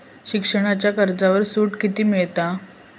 शिक्षणाच्या कर्जावर सूट किती मिळात?